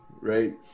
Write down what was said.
right